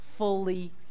fully